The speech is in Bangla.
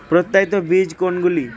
প্রত্যায়িত বীজ কোনগুলি?